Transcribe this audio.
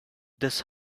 this